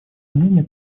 сомнение